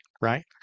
right